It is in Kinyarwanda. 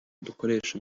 dukoreshe